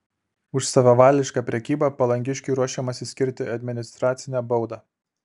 už savavališką prekybą palangiškiui ruošiamasi skirti administracinę baudą